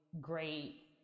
great